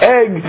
egg